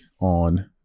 on